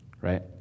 right